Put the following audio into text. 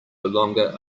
longer